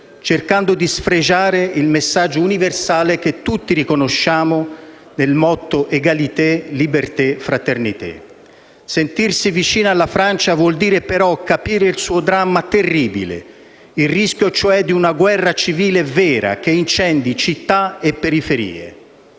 cercando di sfregiare il messaggio universale che tutti riconosciamo nel motto *egalité, liberté, fraternité*. Sentirsi vicini alla Francia vuol dire, però, capire il suo dramma terribile: il rischio, cioè, di una guerra civile vera, che incendi città e periferie.